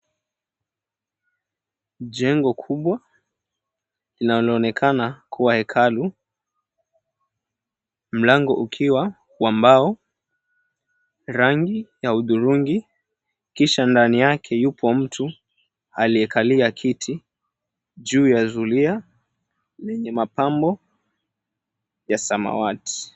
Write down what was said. Jengo kubwa linaloonekana kuwa hekalu. Mlango ukiwa wa mbao rangi ya hudhurungi. Kisha ndani yake yupo mtu aliyekalia kiti juu ya zulia lenye mapambo ya samawati.